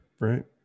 right